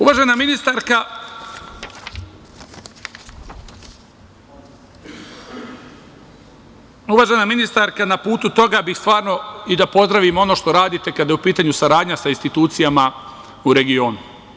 Uvažena ministarka, na putu toga bih stvarno i da pozdravim ono što radite, kada je u pitanju saradnja sa institucijama u regionu.